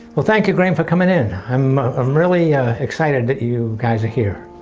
well, thank you, graeme for coming in. i'm um really excited that you guys are here.